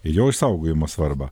jo išsaugojimo svarbą